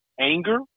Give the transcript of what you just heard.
anger